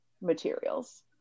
materials